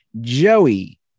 Joey